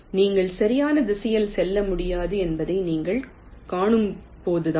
நீங்கள் சரியான திசையில் செல்ல முடியாது என்பதை நீங்கள் காணும்போதுதான்